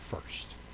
first